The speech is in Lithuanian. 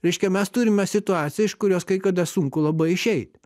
reiškia mes turime situaciją iš kurios kai kada sunku labai išeit